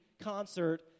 concert